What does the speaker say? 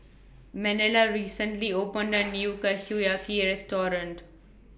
Manuela recently opened A New Kushiyaki Restaurant